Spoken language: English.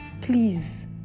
Please